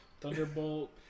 Thunderbolt